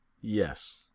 Yes